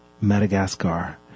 Madagascar